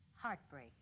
Heartbreak